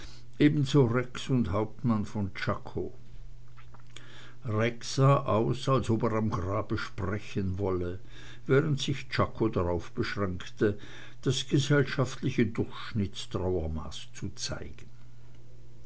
ebenso rex und hauptmann von czako rex sah aus als ob er am grabe sprechen wolle während sich czako darauf beschränkte das gesellschaftliche durchschnittstrauermaß zu zeigen